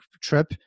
trip